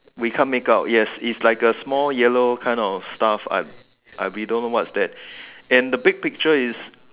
we can't make out yes it's like a small yellow kind of stuff but we don't know what's that and the big picture is